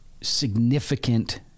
significant